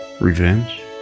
Revenge